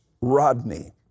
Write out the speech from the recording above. Rodney